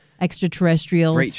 extraterrestrial